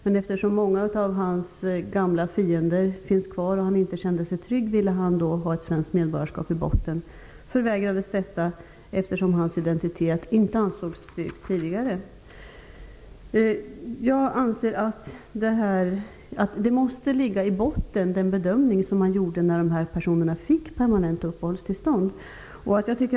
Men eftersom många av hans gamla fiender finns kvar och han därför inte kände sig trygg, ville han ha ett svenskt medborgarskap i botten. Han förvägrades detta eftersom hans identitet inte ansågs styrkt tidigare. Jag anser att den bedömning som gjordes när dessa personer fick permanent uppehållstillstånd måste ligga i botten.